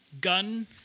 gun